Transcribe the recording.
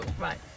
right